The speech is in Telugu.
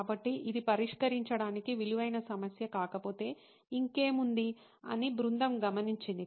కాబట్టి ఇది పరిష్కరించడానికి విలువైన సమస్య కాకపోతే ఇంకేముం ది అని బృందం గమనించింది